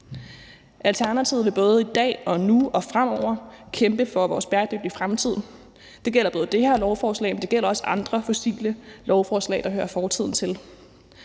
Alternativet vil både i dag og fremover kæmpe for vores bæredygtige fremtid. Det gælder både i forhold til det her lovforslag, men det gælder også andre fossile lovforslag, der hører fortiden til,